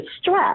stress